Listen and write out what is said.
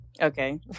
Okay